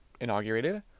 inaugurated